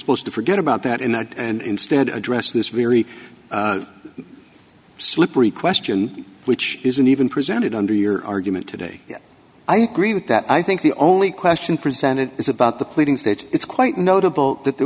supposed to forget about that in a and instead address this very slippery question which isn't even presented under your argument today i agree with that i think the only question presented is about the pleading stage it's quite notable that there